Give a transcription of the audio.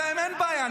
אמרו להם: אין בעיה,